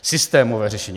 Systémové řešení.